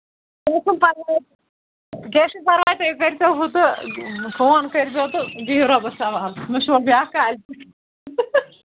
کیٚنٛہہ چھُنہٕ پَرواے کیٚنٛہہ چھُنہٕ پَرواے تُہۍ کٔرۍزیو ہُہ تہٕ فون کٔرۍزیو تہٕ بِہو رۄبَس حَوالہٕ مےٚ چھُوا بیٛاکھ کالہِ پٮ۪ٹھ